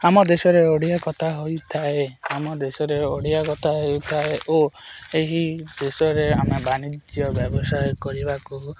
ଆମ ଦେଶରେ ଓଡ଼ିଆ କଥା ହୋଇଥାଏ ଆମ ଦେଶରେ ଓଡ଼ିଆ କଥା ହେଇଥାଏ ଓ ଏହି ଦେଶରେ ଆମେ ବାଣିଜ୍ୟ ବ୍ୟବସାୟ କରିବାକୁ